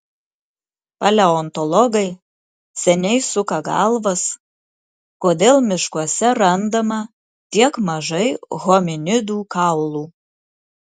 paleontologai seniai suka galvas kodėl miškuose randama tiek mažai hominidų kaulų